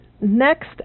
next